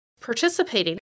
participating